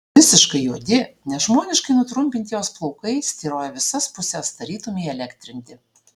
visiškai juodi nežmoniškai nutrumpinti jos plaukai styrojo į visas puses tarytum įelektrinti